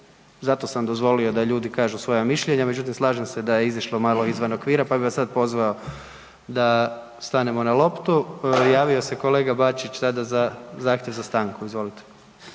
zato sam dozvolio da ljudi kažu svoja mišljenja međutim slažem se da je izašlo malo izvan okvira pa bi vas sad pozvao da stanemo na loptu. Javio se kolega Bačić sada za zahtjev za stanku,